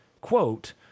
quote